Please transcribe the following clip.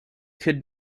could